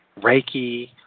Reiki